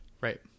Right